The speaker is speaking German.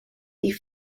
die